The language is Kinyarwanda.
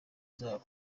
zabo